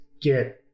get